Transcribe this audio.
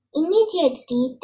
Immediately